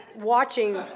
watching